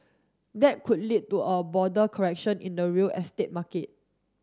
that could lead to a broader correction in the real estate market